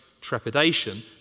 trepidation